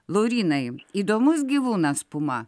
laurynai įdomus gyvūnas puma